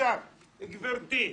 גברתי,